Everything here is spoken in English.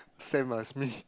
same as me